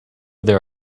there